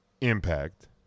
Impact